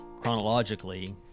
chronologically